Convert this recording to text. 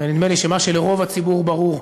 ונדמה לי שמה שלרוב הציבור ברור,